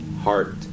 heart